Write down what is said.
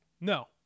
No